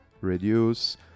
reduce